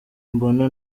mbona